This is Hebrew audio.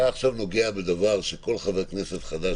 אתה עכשיו נוגע בדבר שכל חבר כנסת חדש